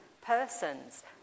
persons